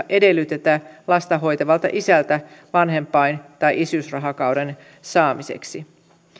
edellytetä lasta hoitavalta isältä vanhempain tai isyysrahakauden saamiseksi